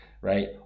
right